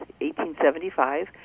1875